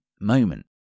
moment